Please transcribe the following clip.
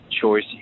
choice